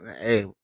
Hey